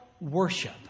worship